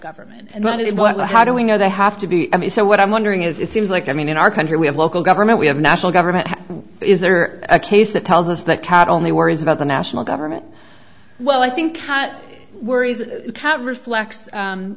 government and run it well how do we know they have to be i mean so what i'm wondering is it seems like i mean in our country we have local government we have national government is there a case that tells us that cat only worries about the national government well i think worries a cat reflects